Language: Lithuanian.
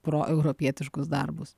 proeuropietiškus darbus